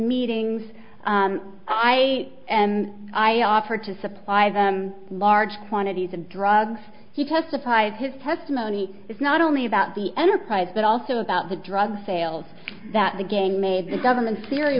meetings i and i offered to supply the large quantities of drugs he testified his testimony is not only about the enterprise but also about the drug sales that the gang made the government's theory